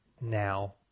now